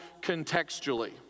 contextually